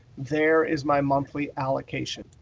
there is my monthly allocation.